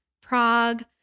prague